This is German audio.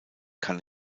kann